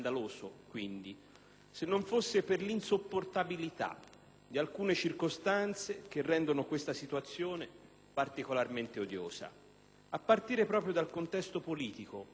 se non fosse per l'insopportabilità di alcune circostanze che rendono questa situazione particolarmente odiosa, a partire proprio dal contesto politico in cui si consuma,